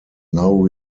now